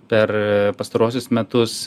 per pastaruosius metus